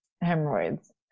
hemorrhoids